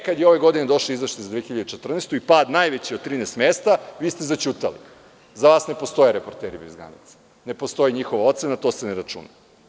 Kada je ove godine došao izveštaj za 2014. godinu i pad najveći, od 13 mesta, vi ste zaćutali, za vas ne postoje reporteri bez granica, ne postoji njihova ocena, to se ne računa.